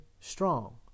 strong